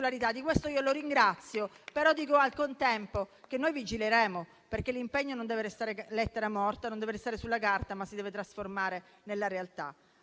Di questo lo ringrazio, però al contempo dico che noi vigileremo, perché l'impegno non deve restare lettera morta, non deve restare sulla carta, ma si deve trasformare in realtà.